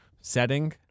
setting